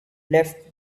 left